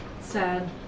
Sad